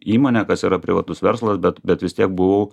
įmonė kas yra privatus verslas bet bet vis tiek buvau